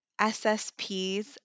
SSPs